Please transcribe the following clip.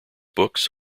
books